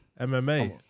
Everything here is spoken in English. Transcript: MMA